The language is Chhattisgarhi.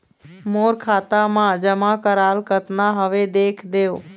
मोर खाता मा जमा कराल कतना हवे देख देव?